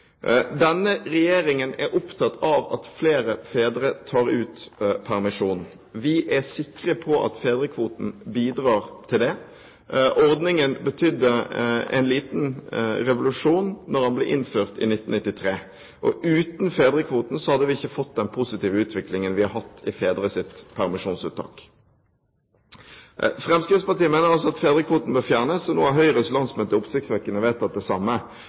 Denne regjeringen er opptatt av at flere fedre tar ut permisjon. Vi er sikre på at fedrekvoten bidrar til det. Ordningen betydde en liten revolusjon da den ble innført i 1993. Uten fedrekvoten hadde vi ikke fått den positive utviklingen vi har hatt når det gjelder fedres permisjonsuttak. Fremskrittspartiet mener at fedrekvoten bør fjernes, og nå har Høyres landsmøte oppsiktsvekkende vedtatt det samme.